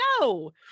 No